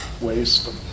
waste